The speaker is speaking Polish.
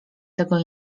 tego